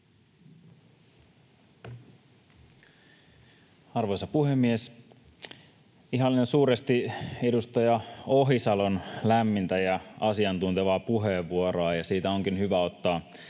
Arvoisa puhemies! Ihailen suuresti edustaja Ohisalon lämmintä ja asiantuntevaa puheenvuoroa, ja siitä onkin hyvä ottaa